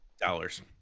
dollars